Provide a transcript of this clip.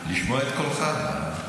לשמוע את קולך.